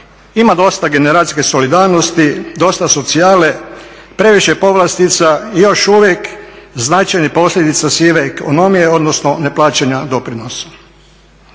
ima dosta generacijske solidarnosti, dosta socijale, previše povlastica i još uvijek značajnih posljedica sive ekonomije odnosno neplaćanja doprinosa.